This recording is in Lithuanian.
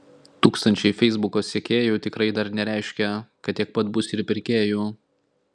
tūkstančiai feisbuko sekėjų tikrai dar nereiškia kad tiek pat bus ir pirkėjų